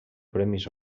premis